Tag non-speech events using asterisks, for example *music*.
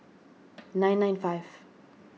*noise* nine nine five